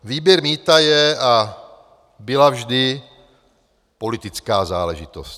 Výběr mýta je a byla vždy politická záležitost.